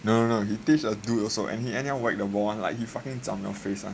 no no he teach a dude also and he anyhow whack the ball [one] like he fucking zham your face [one]